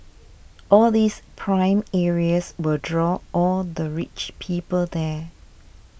all these prime areas will draw all the rich people there